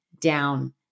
down